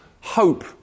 hope